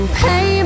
pay